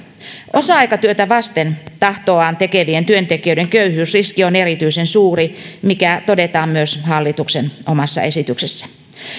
osa aikatyötä vasten tahtoaan tekevien työntekijöiden köyhyysriski on erityisen suuri mikä todetaan myös hallituksen omassa esityksessä